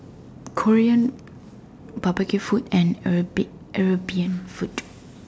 Korean barbecue food and a bit European food